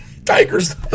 Tiger's